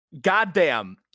Goddamn